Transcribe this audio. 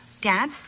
Dad